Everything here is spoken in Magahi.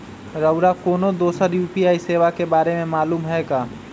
रउरा कोनो दोसर यू.पी.आई सेवा के बारे मे मालुम हए का?